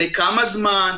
לכמה זמן,